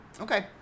Okay